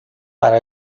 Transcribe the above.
para